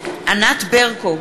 ענת ברקו,